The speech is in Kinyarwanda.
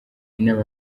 inama